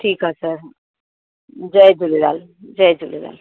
ठीकु आहे सर जय झूलेलाल जय झूलेलाल